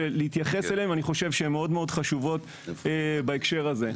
כי אני חושב שהן מאוד-מאוד חשובות בהקשר הזה.